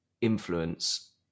influence